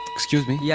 excuse me? yeah